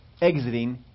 exiting